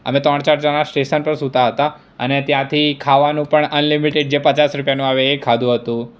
અમે ત્રણ ચાર જણા સ્ટેશન પર સુતાં હતાં અને ત્યાંથી ખાવાનું પણ અનલિમિટેડ જે પચાસ રૂપિયાનું આવે એ ખાધું હતું